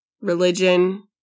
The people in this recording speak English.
religion